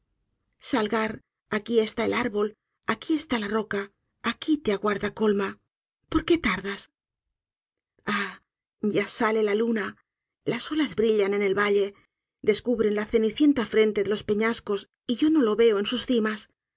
salgar aqui está el árbol aqui está la roca aqui te eguarda colma por qué tardas ah ya sale la luna las olas brillan en el valle descubren la cenicienta frente de los peñascos y yo no lo veo en sus cimas